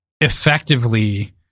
effectively